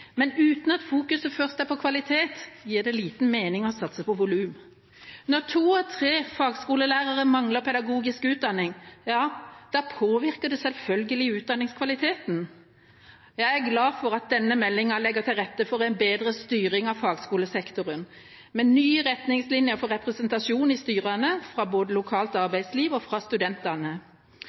men uten at fokuset først er på kvalitet, gir det liten mening å satse på volum. Når to av tre fagskolelærere mangler pedagogisk utdanning, ja, da påvirker det selvfølgelig utdanningskvaliteten. Jeg er glad for at denne meldinga legger til rette for en bedre styring av fagskolesektoren, med nye retningslinjer for representasjon i styrene både fra lokalt arbeidsliv og fra studentene.